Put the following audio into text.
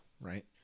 right